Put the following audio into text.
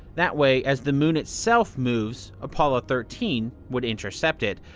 that way, as the moon itself moves, apollo thirteen would intercept it.